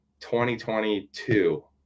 2022